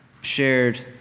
shared